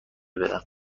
بدم